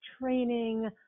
training